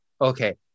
okay